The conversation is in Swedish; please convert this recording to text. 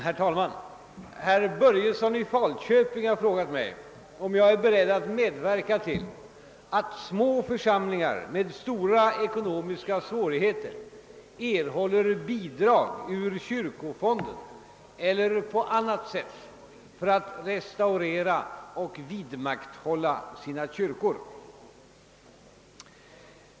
Herr talman! Herr Börjesson i Falköping har frågat mig om jag är beredd att medverka till att små församlingar med stora ekonomiska svårigheter erhåller bidrag ur kyrkofonden eller på annat sätt för att restaurera och vidmakthålla sina kyrkor.